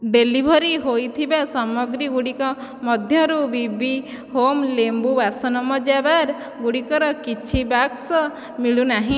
delivery ହୋଇଥିବା ସାମଗ୍ରୀଗୁଡ଼ିକ ମଧ୍ୟରୁ ବିବି ହୋମ୍ ଲେମ୍ବୁ ବାସନମଜା ବାର୍ ଗୁଡ଼ିକର କିଛି ବାକ୍ସ ମିଳୁନାହିଁ